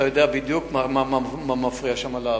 אתה יודע בדיוק מה מפריע שמה לעבור.